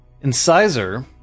Incisor